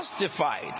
justified